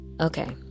Okay